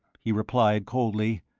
he replied, coldly,